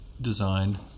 design